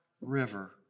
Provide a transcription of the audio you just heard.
River